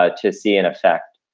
ah to see in effect?